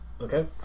Okay